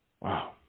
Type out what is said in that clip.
Wow